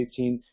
2018